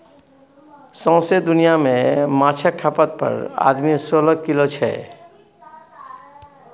सौंसे दुनियाँ मे माछक खपत पर आदमी सोलह किलो छै